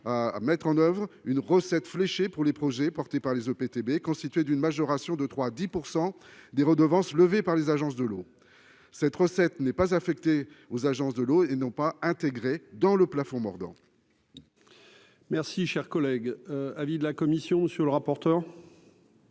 à mettre en oeuvre une recette fléchés pour les projets portés par les EPTB, constitué d'une majoration de 3 à 10 % des redevances levée par les agences de l'eau cette recette n'est pas affectée aux agences de l'eau et non pas intégré dans le plafond, mordant. Merci, cher collègue, avis de la commission sur le rapporteur.